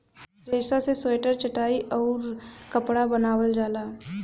रेसा से स्वेटर चटाई आउउर कपड़ा बनावल जाला